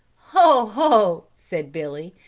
ho, ho! said billy,